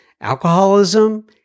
alcoholism